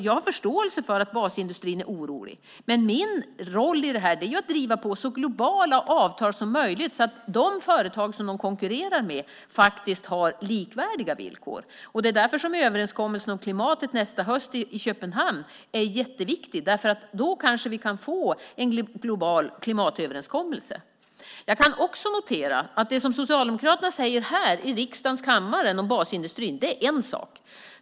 Jag har förståelse för att basindustrin är orolig. Min roll i detta är att driva på för så globala avtal som möjligt så att de företag som basindustrin konkurrerar med har likvärdiga villkor. Det är därför som överenskommelsen om klimatet nästa höst i Köpenhamn är jätteviktig. Då kanske vi kan få en global klimatöverenskommelse. Jag kan också notera att det Socialdemokraterna säger här i riksdagens kammare om basindustrin är en sak.